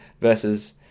versus